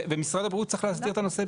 ומשרד הבריאות צריך להסדיר את הנושא.